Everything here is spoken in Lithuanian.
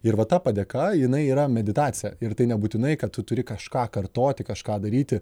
ir va ta padėka jinai yra meditacija ir tai nebūtinai kad tu turi kažką kartoti kažką daryti